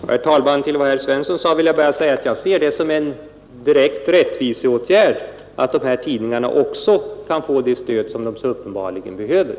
Herr talman! Till herr Svensson i Eskilstuna vill jag bara säga att jag ser det som en direkt och klar rättviseåtgärd att dessa tidningar också kan få det stöd som de uppenbarligen behöver.